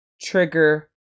trigger